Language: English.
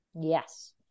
Yes